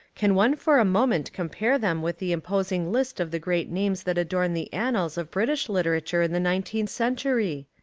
can one for a moment compare them with the imposing list of the great names that adorn the annals of british literature in the nineteenth century?